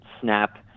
snap